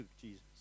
Jesus